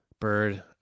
bird